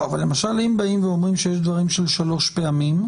אבל אם למשל באים ואומרים שיש דברים של שלוש פעמים,